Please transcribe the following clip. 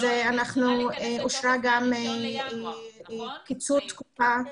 צריכה להיכנס לתוקף מה-1 לינואר נכון מאיר?